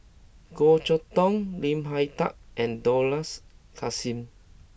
Goh Chok Tong Lim Hak Tai and Dollah Kassim